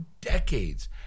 decades